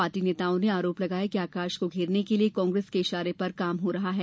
party नेताओं ने आरोप लगाया कि आकाश को घेरने के लिए कांग्रेस के इशारे पर काम हो रहा है